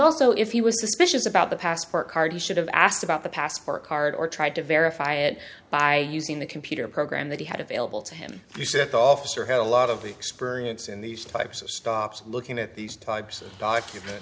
also if he was suspicious about the passport card he should have asked about the passport card or tried to verify it by using the computer program that he had available to him he said the officer had a lot of the experience in these types of stops looking at these types of documents